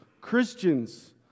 Christians